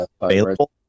available